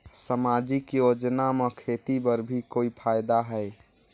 समाजिक योजना म खेती बर भी कोई फायदा है?